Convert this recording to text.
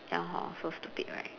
ya lor so stupid right